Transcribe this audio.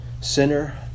Sinner